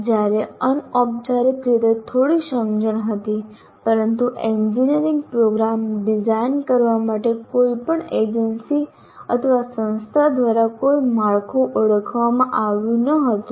જ્યારે અનૌપચારિક રીતે થોડી સમજણ હતી પરંતુ એન્જિનિયરિંગપ્રોગ્રામ ડિઝાઇન કરવા માટે કોઈપણ એજન્સી અથવા સંસ્થા દ્વારા કોઈ માળખું ઓળખવામાં આવ્યું ન હતું